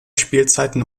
spielzeiten